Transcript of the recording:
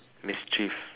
mischief